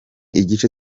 igice